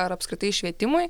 ar apskritai švietimui